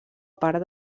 part